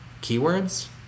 keywords